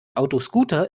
autoscooter